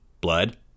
Blood